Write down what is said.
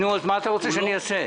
נו, אז מה אתה רוצה שאני אעשה?